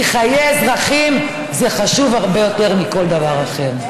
כי חיי אזרחים זה חשוב הרבה יותר מכל דבר אחד.